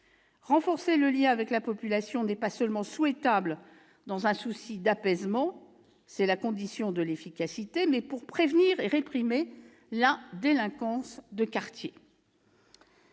Renforcer le lien avec la population n'est pas seulement souhaitable dans un souci d'apaisement ; c'est la condition de l'efficacité, pour prévenir et réprimer la délinquance du quotidien.